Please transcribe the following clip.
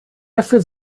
dafür